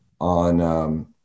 on